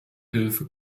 hilfe